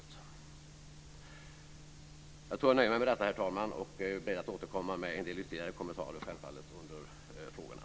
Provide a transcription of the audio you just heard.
Jag tror att jag nöjer mig med detta, herr talman, och ber självfallet att få återkomma med en del ytterligare kommentarer under frågorna.